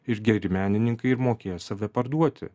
ir geri menininkai ir mokėjo save parduoti